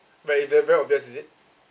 very very very obvious is it